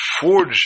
forge